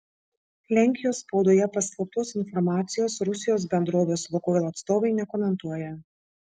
lenkijos spaudoje paskelbtos informacijos rusijos bendrovės lukoil atstovai nekomentuoja